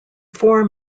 four